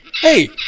Hey